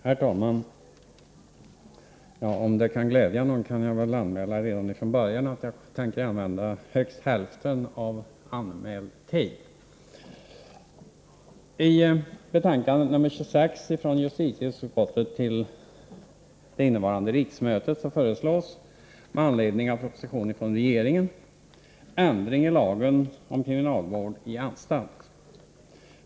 Herr talman! Om det kan glädja någon kan jag anmäla redan från början att jag tänker använda högst hälften av anmäld taletid. I betänkande nr 26 från justitieutskottet till innevarande riksmöte föreslås, med anledning av proposition från regeringen, ändring i lagen om kriminalvård i anstalt.